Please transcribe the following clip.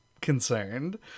concerned